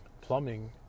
plumbing